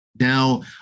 Now